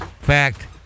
fact